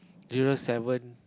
zero seven